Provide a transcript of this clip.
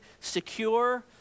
secure